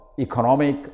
economic